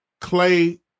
Clay